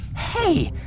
hey.